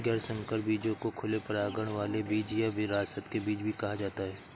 गैर संकर बीजों को खुले परागण वाले बीज या विरासत के बीज भी कहा जाता है